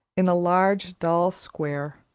in a large, dull square,